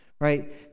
right